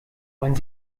wollen